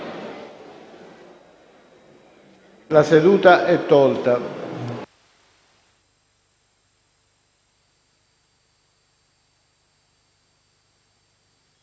La seduta è tolta